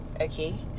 Okay